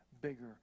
bigger